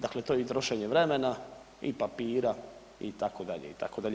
Dakle, to je trošenje i vremena i papira itd., itd.